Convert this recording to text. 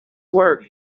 work